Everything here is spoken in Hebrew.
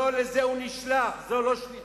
לא לזה הוא נשלח, זו לא שליחות.